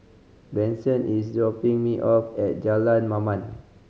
Bronson is dropping me off at Jalan Mamam